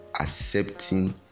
accepting